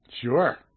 Sure